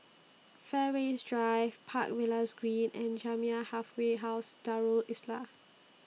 Fairways Drive Park Villas Green and Jamiyah Halfway House Darul Islah